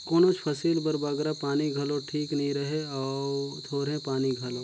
कोनोच फसिल बर बगरा पानी घलो ठीक नी रहें अउ थोरहें पानी घलो